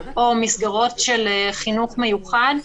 או מסגרות של חינוך מיוחד.